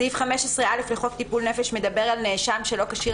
סעיף 15(א) לחוק הטיפול בחולי נפש מדבר על נאשם שלא כשיר